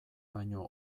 baino